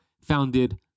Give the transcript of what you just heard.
founded